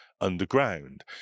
underground